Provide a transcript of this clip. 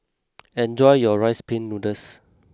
enjoy your Rice Pin Noodles